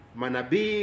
manabi